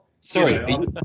Sorry